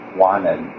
wanted